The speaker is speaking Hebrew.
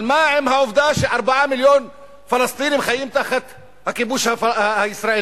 אבל מה עם העובדה ש-4 מיליון פלסטינים חיים תחת הכיבוש הישראלי?